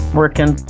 working